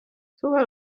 suve